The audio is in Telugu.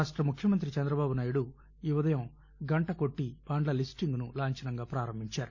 రాష్ట్ర ముఖ్యమంత్రి చంద్రబాబునాయుడు ఈ ఉదయం గంటకోట్టి బాండ్ల లీస్టింగ్ ను లాంఛనంగా ప్రారంభిందారు